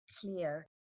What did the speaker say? clear